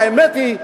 האמת היא,